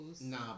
Nah